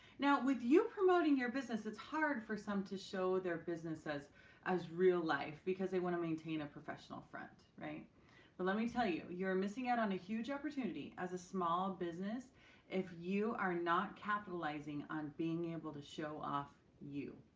now with you promoting your business, it's hard for some to show their businesses as real-life because they want to maintain a professional front. but let me tell you, you're missing out on a huge opportunity as a small business if you are not capitalizing on being to show off you.